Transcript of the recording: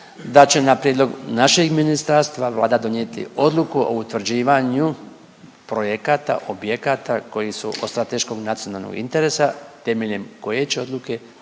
da će na prijedlog našeg ministarstva Vlada donijeti odluku o utvrđivanju projekata, objekata koji su od strateškog nacionalnog interesa temeljem koje će odluke